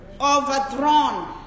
overthrown